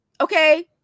okay